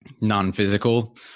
non-physical